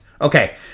Okay